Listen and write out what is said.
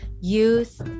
youth